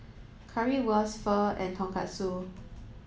Currywurst Pho and Tonkatsu